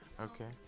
Okay